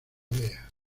vea